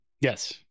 Yes